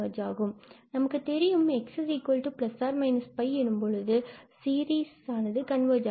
நமக்கு தெரியும் 𝑥±𝜋 எனும் பொழுது சீரிஸ் நோக்கி கன்வர்ஜ் ஆகிறது